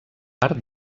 part